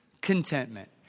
contentment